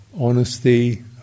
honesty